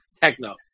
techno